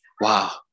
Wow